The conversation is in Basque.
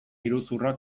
iruzurra